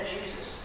Jesus